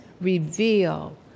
reveal